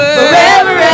forever